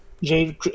Jade